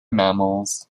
mammals